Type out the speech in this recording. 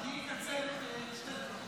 אני אקצר לשתי דקות.